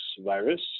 virus